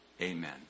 Amen